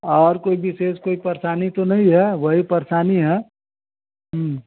और कोई विशेष कोई परेशानी तो नहीं है वही परेशानी है